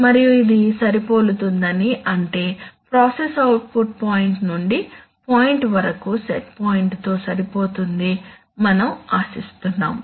మరియు ఇది సరిపోలుతుందని అంటే ప్రాసెస్ అవుట్పుట్ పాయింట్ నుండి పాయింట్ వరకు సెట్ పాయింట్తో సరిపోతుంది మనం ఆశిస్తున్నాము